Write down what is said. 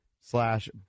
slash